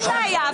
אין בעיה,